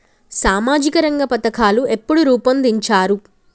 సామాజిక రంగ పథకాలు ఎప్పుడు రూపొందించారు?